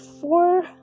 four